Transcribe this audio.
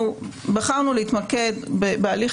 בחרנו להתמקד בהליך